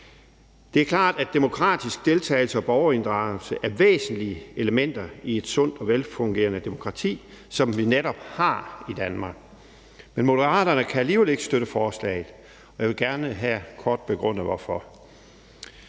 Det er klart, at demokratisk deltagelse og borgerinddragelse er væsentlige elementer i et sundt og velfungerende demokrati, som vi netop har i Danmark. Men Moderaterne kan alligevel ikke støtte forslaget, og jeg vil her gerne kort begrunde hvorfor.